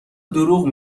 دروغ